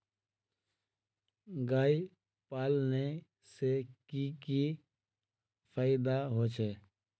गाय पालने से की की फायदा होचे?